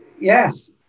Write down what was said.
yes